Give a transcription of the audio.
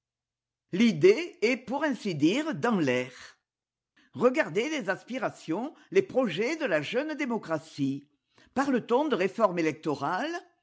l'idée est pour ainsi dire dans l'air regardez les aspirations les projets de la jeune démocratie parle-t-on de réforme électorale